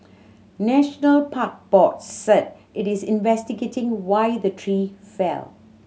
National Parks Board said it is investigating why the tree fell